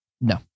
No